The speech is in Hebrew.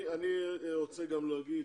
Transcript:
אני רוצה גם להגיד